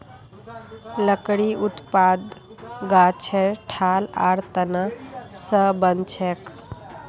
लकड़ी उत्पादन गाछेर ठाल आर तना स बनछेक